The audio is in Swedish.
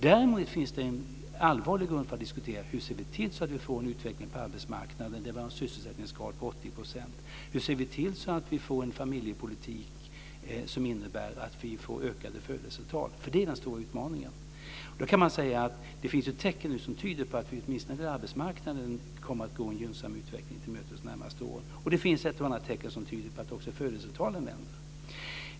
Däremot finns en allvarlig grund för att diskutera: Hur ska vi se till att få en utveckling på arbetsmarknaden så vi har en sysselsättningsgrad på 80 %? Hur ser vi till att vi får en familjepolitik som innebär att vi får ökade födelsetal? Det är den stora utmaningen. Nu finns det tecken på att vi åtminstone när det gäller arbetsmarknaden kommer att gå en gynnsam utveckling till mötes under de närmaste åren. Det finns också ett och annat tecken på att födelsetalen vänder.